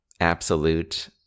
absolute